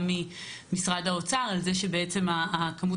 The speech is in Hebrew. גם ממשרד האוצר על זה שבעצם הכמות